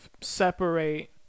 separate